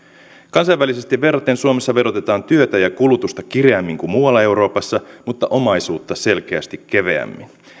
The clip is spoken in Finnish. kansainvälisesti verraten suomessa verotetaan työtä ja kulutusta kireämmin kuin muualla euroopassa mutta omaisuutta selkeästi keveämmin